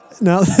Now